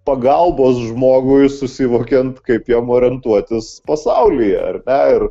pagalbos žmogui susivokiant kaip jam orientuotis pasaulyje ar ne ir